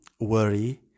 worry